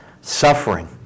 suffering